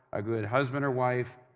a good husband or wife,